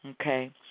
okay